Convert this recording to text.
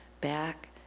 back